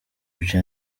ibyo